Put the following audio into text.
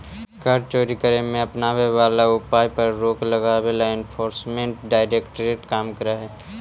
कर चोरी करे में अपनावे जाए वाला उपाय पर रोक लगावे ला एनफोर्समेंट डायरेक्टरेट काम करऽ हई